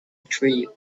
tree